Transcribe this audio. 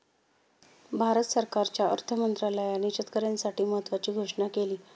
भारत सरकारच्या अर्थ मंत्रालयाने शेतकऱ्यांसाठी महत्त्वाची घोषणा केली